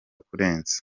kurenza